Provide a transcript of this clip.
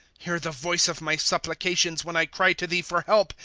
hear the voice of my supplications when i cry to thee for help.